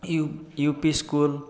you U P school